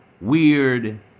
weird